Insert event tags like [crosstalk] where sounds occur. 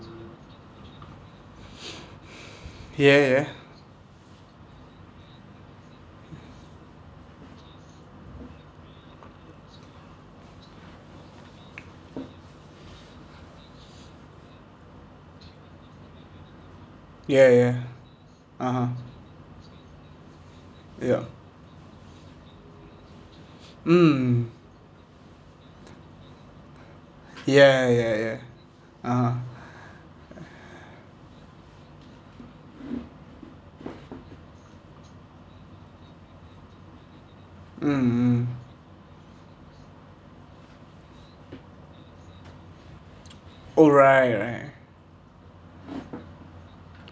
[breath] ya ya ya ya (uh huh) ya mm ya ya ya ya (uh huh) [breath] mm mm [noise] alright right